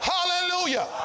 Hallelujah